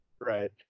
Right